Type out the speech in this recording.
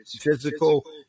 physical